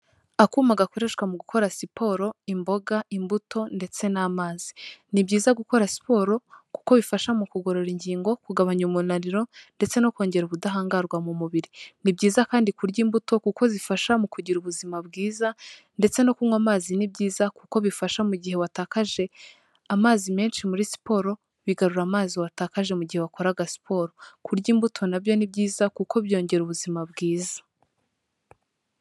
Akuma gakoreshwa mu gukora siporo, imboga, imbuto, ndetse n'amazi. Ni byiza gukora siporo, kuko bifasha mu kugorora ingingo, kugabanya umunaniro, ndetse no kongera ubudahangarwa mu mubiri. Ni byiza kandi kurya imbuto kuko zifasha mu kugira ubuzima bwiza, ndetse no kunywa amazi ni byiza, kuko bifasha mu gihe watakaje amazi menshi muri siporo, bigarura amazi watakaje mu gihe wakoraga siporo. Kurya imbuto na byo ni byiza, kuko byongera ubuzima bwiza.